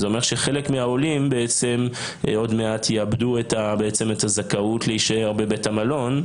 זה אומר שחלק מהעולים בעצם עוד מעט יאבדו את הזכאות להישאר בבית המלון.